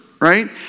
right